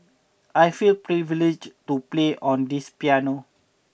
I feel privileged to play on this piano